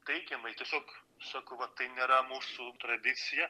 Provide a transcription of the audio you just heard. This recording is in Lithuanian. teigiamai tiesiog sako va tai nėra mūsų tradicija